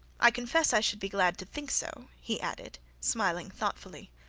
i confess i should be glad to think so, he added, smiling thoughtfully.